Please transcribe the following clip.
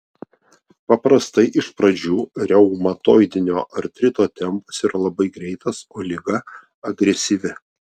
paprastai iš pradžių reumatoidinio artrito tempas yra labai greitas o liga agresyvi